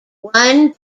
one